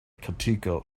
kattiko